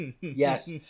Yes